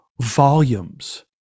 volumes